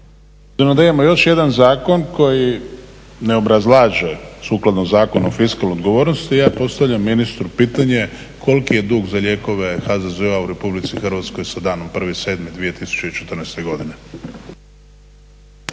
… imamo još jedan zakon koji ne obrazlaže sukladno Zakonu o fiskalnoj odgovornosti, ja postavljam ministru pitanje koliki je dug za lijekove HZZO-a u RH sa danom 01.07.2014. godine?